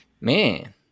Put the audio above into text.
man